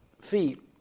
feet